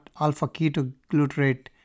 alpha-ketoglutarate